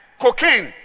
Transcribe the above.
cocaine